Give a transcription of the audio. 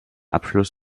abschluss